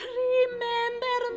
remember